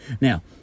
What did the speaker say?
Now